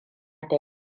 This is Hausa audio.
da